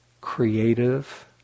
creative